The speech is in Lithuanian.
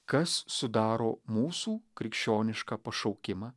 kas sudaro mūsų krikščionišką pašaukimą